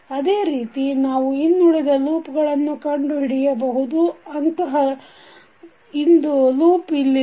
ಅದೇ ರೀತಿ ನಾವು ಇನ್ನುಳಿದ ಲೂಪ್ ಗಳನ್ನು ಕಂಡು ಹಿಡಿಯಬಹುದು ಅಂತಹ ಇಂದು ಲೂಪ್ ಇಲ್ಲಿದೆ